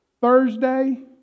Thursday